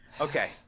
okay